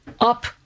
up